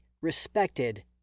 respected